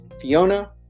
Fiona